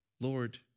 Lord